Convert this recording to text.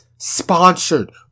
sponsored